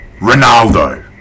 Ronaldo